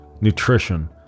nutrition